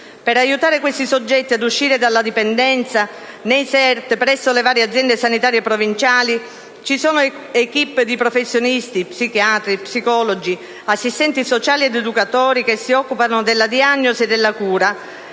Per aiutare questi soggetti ad uscire dalla dipendenza, nei SERT presso le varie aziende sanitarie provinciali, (ASP) ci sono *équipe* di professionisti, psichiatri, psicologi, assistenti sociali ed educatori che si occupano della diagnosi e della cura